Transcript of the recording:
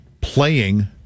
playing